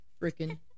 freaking